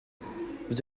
vous